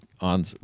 on